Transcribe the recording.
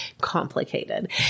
complicated